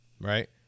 Right